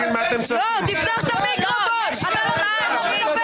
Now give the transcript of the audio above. מה דעתה של היועצת המשפטית יש ייעוץ